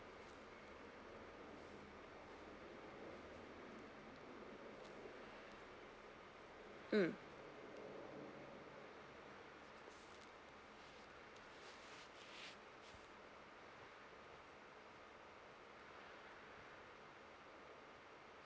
mm